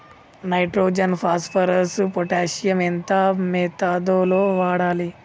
Nitrogen phosphorus potassium ఎంత మోతాదు లో వాడాలి?